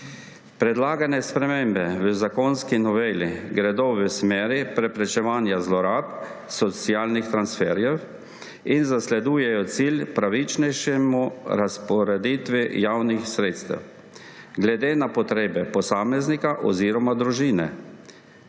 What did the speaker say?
Predlagane spremembe v zakonski noveli gredo v smeri preprečevanja zlorab, socialnih transferjev in zasledujejo cilj pravičnejše razporeditve javnih sredstev glede na potrebe posameznika oziroma družine.